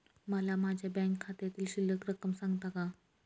मला माझ्या बँक खात्यातील शिल्लक रक्कम सांगता का?